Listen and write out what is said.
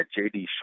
JD